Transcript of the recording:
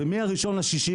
ומה-1 ביוני,